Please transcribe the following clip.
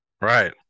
right